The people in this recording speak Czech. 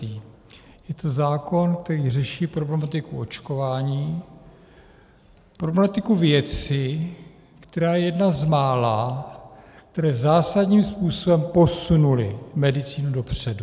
Je to zákon, který řeší problematiku očkování, problematiku věci, která je jedna z mála, které zásadním způsobem posunuly medicínu dopředu.